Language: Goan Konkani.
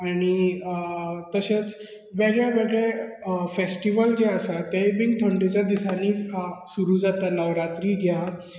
आनी तशेंच वेगळे वेगळे फॅस्टीवल बीन आसा तेंवूय थंडेच्या दिसांनी सुरू जातात नवरात्री घ्या